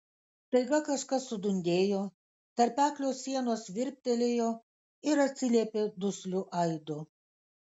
staiga kažkas sudundėjo tarpeklio sienos virptelėjo ir atsiliepė dusliu aidu